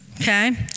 okay